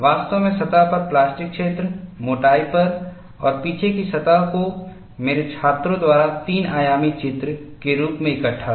वास्तव में सतह पर प्लास्टिक क्षेत्र मोटाई पर और पीछे की सतह को मेरे छात्रों द्वारा तीन आयामी चित्र के रूप में इकट्ठा था